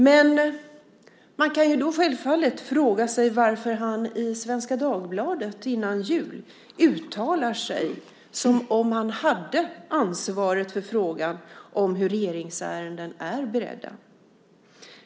Men man kan ju då självfallet fråga sig varför han i Svenska Dagbladet före jul uttalar sig som om han hade ansvaret för frågan om hur regeringsärenden är beredda.